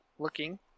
Looking